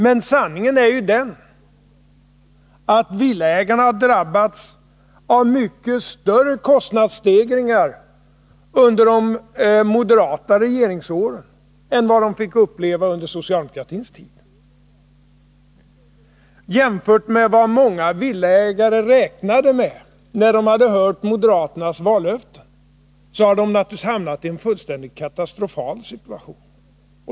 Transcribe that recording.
Men sanningen är ju den, att villaägarna har drabbats av mycket större kostnadsstegringar under de moderata regeringsåren än de fick uppleva under socialdemokratins tid. Jämfört med vad många villaägare räknade med när de hade hört moderaternas vallöften har de naturligtvis hamnat i en katastrofal situation.